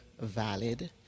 valid